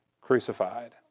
crucified